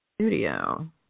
studio